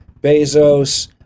Bezos